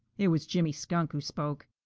it was jimmy skunk who spoke.